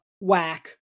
whack